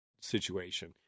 situation